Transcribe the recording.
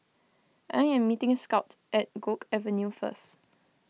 I am meeting Scot at Guok Avenue first